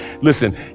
listen